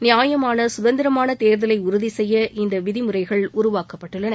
நியாயமான சுதந்திரமான தேர்தலை உறுதிசெய்ய இந்த விதிமுறைகள் உருவாக்கப்பட்டுள்ளன